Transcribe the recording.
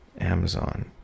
Amazon